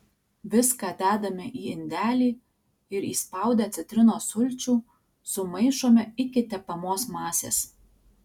viską dedame į indelį ir įspaudę citrinos sulčių sumaišome iki tepamos masės